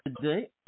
today